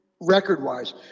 record-wise